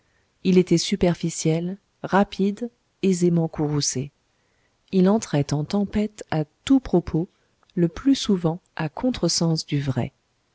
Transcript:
il était superficiel rapide aisément courroucé il entrait en tempête à tout propos le plus souvent à contre-sens du vrai